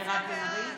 מירב בן ארי,